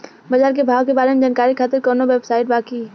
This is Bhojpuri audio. बाजार के भाव के बारे में जानकारी खातिर कवनो वेबसाइट बा की?